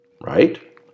right